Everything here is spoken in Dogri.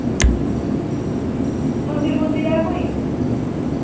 मंदिर मुंदिर है कोई